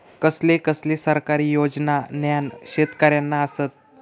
कसले कसले सरकारी योजना न्हान शेतकऱ्यांना आसत?